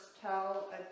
tell